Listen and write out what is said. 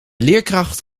leerkracht